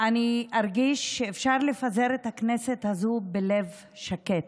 אני ארגיש שאפשר לפזר את הכנסת הזו בלב שקט,